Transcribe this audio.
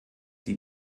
die